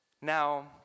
Now